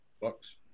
Bucks